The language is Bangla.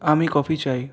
আমি কফি চাই